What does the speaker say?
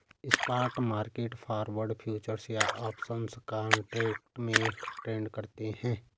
spot market forward, futures या options contract में trade करते हैं